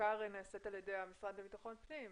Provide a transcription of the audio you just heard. החלוקה נעשית על ידי המשרד לביטחון פנים.